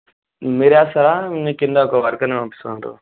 మీరే వస్తారా మీ కింద ఒక వర్కర్ని పంపిస్తాను అంటావా